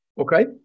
Okay